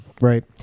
Right